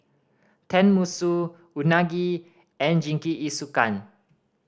Tenmusu Unagi and Jingisukan